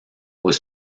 was